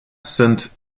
sunt